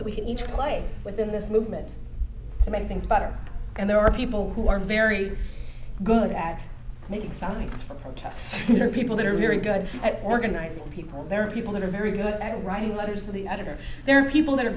can each play within this movement to make things better and there are people who are very good at making signs for protests there are people that are very good at organizing people there are people who are very good at writing letters to the editor there are people that are